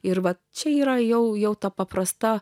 ir vat čia yra jau jau ta paprasta